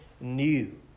new